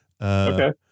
Okay